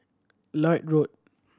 Lloyd Road